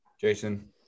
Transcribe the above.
Jason